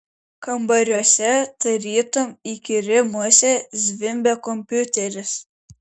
kambariuose tarytum įkyri musė zvimbė kompiuteris